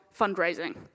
fundraising